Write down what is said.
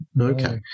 okay